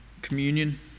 communion